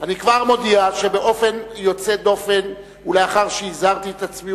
אני כבר מודיע שבאופן יוצא דופן ולאחר שהזהרתי את עצמי,